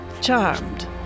Charmed